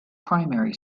primary